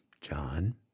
John